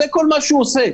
זה כל מה שהוא עושה.